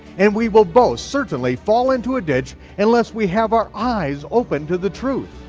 and we will both certainly fall into a ditch unless we have our eyes open to the truth.